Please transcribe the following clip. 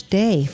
day